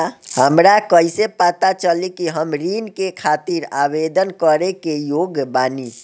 हमरा कइसे पता चली कि हम ऋण के खातिर आवेदन करे के योग्य बानी?